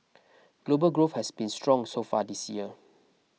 global growth has been strong so far this year